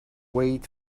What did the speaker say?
wait